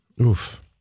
Oof